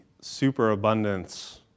superabundance